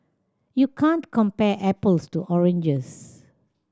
you can't compare apples to oranges